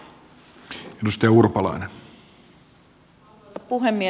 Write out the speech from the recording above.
arvoisa puhemies